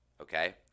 Okay